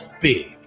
big